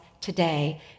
today